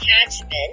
attachment